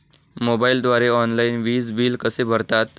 मोबाईलद्वारे ऑनलाईन वीज बिल कसे भरतात?